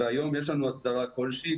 והיום יש לנו הסדרה כלשהי,